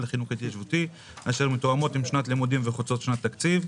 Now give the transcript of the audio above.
לחינוך התיישבותי אשר מתואמות עם שנת הלימודים וחוצות שנת תקציב.